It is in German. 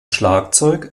schlagzeug